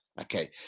Okay